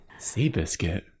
Seabiscuit